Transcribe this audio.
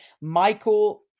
Michael